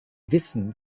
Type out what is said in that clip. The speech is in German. wissen